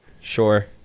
Sure